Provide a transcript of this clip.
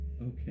Okay